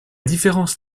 différence